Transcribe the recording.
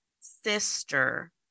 sister